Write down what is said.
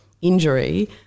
injury